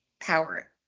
power